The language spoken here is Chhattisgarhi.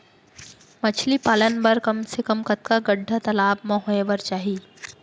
मछली पालन बर कम से कम कतका गड्डा तालाब म होये बर चाही?